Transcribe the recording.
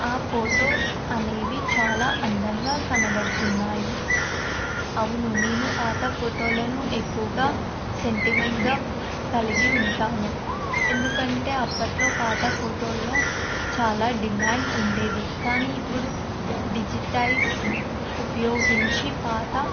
ఆ ఫోటోస్ అనేవి చాలా అందంగా కనబడుతున్నాయి అవును నేను పాత ఫోటోలను ఎక్కువగా సెంటిమెంట్గా కలిగి ఉంటాను ఎందుకంటే అప్పట్లో పాత ఫోటోలలో చాలా డిమాండ్ ఉండేది కానీ ఇప్పుడు డిజిటలైజ్ ఉపయోగించి పాత